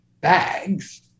bags